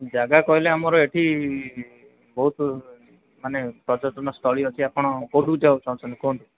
ଜାଗା କହିଲେ ଆମର ଏଠି ବହୁତ ମାନେ ପର୍ଯ୍ୟଟନସ୍ଥଳୀ ଅଛି ଆପଣ କେଉଁଠିକୁ ଯିବାକୁ ଚାହୁଁଛନ୍ତି କୁହନ୍ତୁ